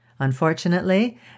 Unfortunately